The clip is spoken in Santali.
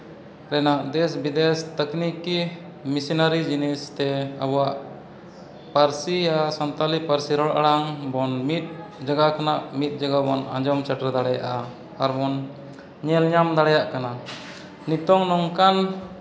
ᱨᱮᱱᱟᱜ ᱫᱮᱥᱼᱵᱤᱫᱮᱥ ᱛᱟᱹᱠᱱᱤᱠᱤ ᱢᱤᱥᱮᱱᱟᱹᱨᱤ ᱡᱤᱱᱤᱥᱛᱮ ᱟᱵᱚᱣᱟᱜ ᱯᱟᱹᱨᱥᱤ ᱟᱨ ᱥᱟᱱᱛᱟᱲᱤ ᱯᱟᱹᱨᱥᱤ ᱨᱚᱲ ᱟᱲᱟᱝ ᱵᱚᱱ ᱢᱤᱫ ᱡᱟᱭᱜᱟ ᱠᱷᱚᱱᱟᱜ ᱢᱤᱫ ᱡᱟᱭᱜᱟ ᱵᱚᱱ ᱟᱸᱡᱚᱢ ᱥᱮᱴᱮᱨ ᱫᱟᱲᱮᱭᱟᱜᱼᱟ ᱟᱨ ᱵᱚᱱ ᱧᱮᱞ ᱧᱟᱢ ᱫᱟᱲᱮᱭᱟᱜ ᱠᱟᱱᱟ ᱱᱤᱛᱚᱜ ᱱᱚᱝᱠᱟᱱ